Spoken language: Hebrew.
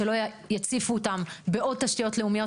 שלא יציפו אותם בעוד תשתיות לאומיות,